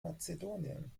mazedonien